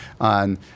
on